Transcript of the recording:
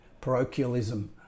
parochialism